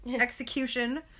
execution